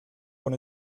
con